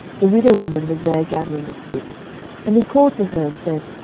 the widow woman was there gathering of sticks and he called to her, and said,